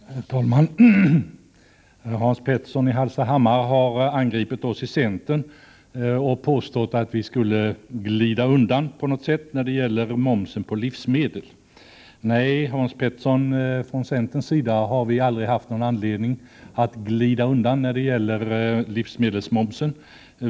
Herr talman! Hans Petersson i Hallstahammar har angripit oss i centern och påstått att vi skulle glida undan på något sätt när det gäller momsen på livsmedel. Nej, Hans Petersson, från centerns sida har vi aldrig haft någon anledning att glida undan när det gäller livsmedelsmomsen.